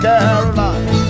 Caroline